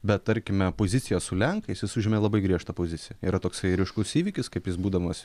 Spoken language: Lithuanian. bet tarkime pozicija su lenkais jis užėmė labai griežtą poziciją yra toksai ryškus įvykis kaip jis būdamas